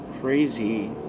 crazy